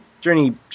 Journey